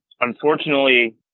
unfortunately